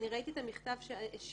אני ראיתי את המכתב שהשיבו